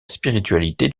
spiritualité